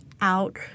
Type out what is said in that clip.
out